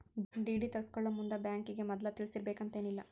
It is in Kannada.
ಡಿ.ಡಿ ತಗ್ಸ್ಕೊಳೊಮುಂದ್ ಬ್ಯಾಂಕಿಗೆ ಮದ್ಲ ತಿಳಿಸಿರ್ಬೆಕಂತೇನಿಲ್ಲಾ